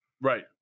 Right